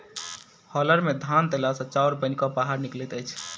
hauler मे धान देला सॅ चाउर बनि क बाहर निकलैत अछि